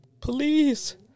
please